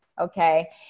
Okay